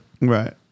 Right